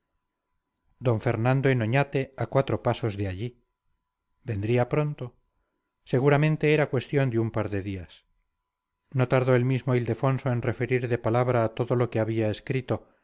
d fernando en oñate a cuatro pasos de allí vendría pronto seguramente era cuestión de un par de días no tardó el mismo ildefonso en referir de palabra todo lo que había escrito